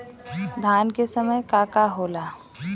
धान के समय का का होला?